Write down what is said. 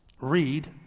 read